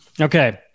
Okay